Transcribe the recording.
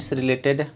related